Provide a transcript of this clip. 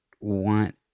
want